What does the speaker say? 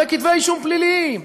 וכתבי אישום פליליים,